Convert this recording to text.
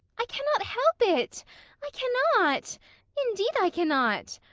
i cannot help it i cannot indeed i cannot.